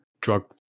drug